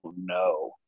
No